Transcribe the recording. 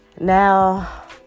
Now